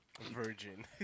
Virgin